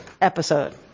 episode